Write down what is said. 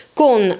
con